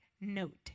note